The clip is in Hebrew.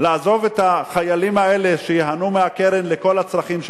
לעזוב את החיילים האלה שייהנו מהקרן לכל הצרכים שלהם.